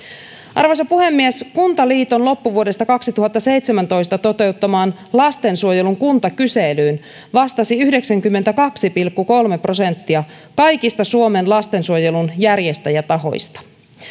arvoisa puhemies kuntaliiton loppuvuodesta kaksituhattaseitsemäntoista toteuttamaan lastensuojelun kuntakyselyyn vastasi yhdeksänkymmentäkaksi pilkku kolme prosenttia kaikista suomen lastensuojelun järjestäjätahoista